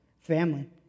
family